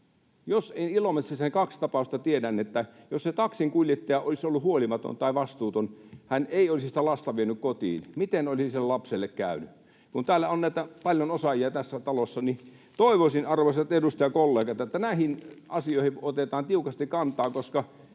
Ilomantsissa ne kaksi tapausta tiedän — jos taksinkuljettaja olisi ollut huolimaton tai vastuuton ja hän ei olisi sitä lasta vienyt kotiin, niin miten olisi sille lapselle käynyt? Kun täällä on paljon osaajia tässä talossa, niin toivoisin, arvoisat edustajakollegat, että näihin asioihin otetaan tiukasti kantaa, koska